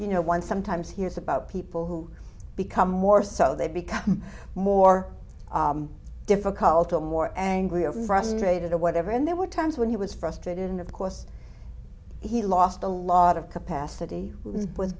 you know one sometimes hears about people who become more so they become more difficult and more angry or frustrated or whatever and there were times when he was frustrated and of course he lost a lot of capacity with